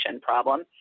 problem